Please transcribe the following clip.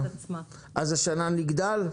אז השנה נגדל?